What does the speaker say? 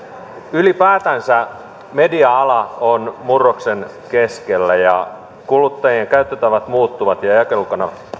ylipäätänsä media ala on murroksen keskellä ja kuluttajien käyttötavat muuttuvat ja jakelukanavat